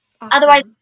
otherwise